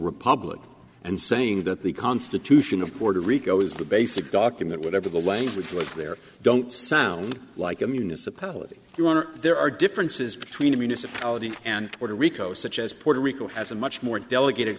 republic and saying that the constitution of puerto rico is the basic document whatever the languages if there don't sound like a municipality you want there are differences between a municipality and puerto rico such as puerto rico has a much more delegated